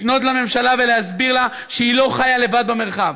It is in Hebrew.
לפנות לממשלה ולהסביר לה שהיא לא חיה לבד במרחב.